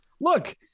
look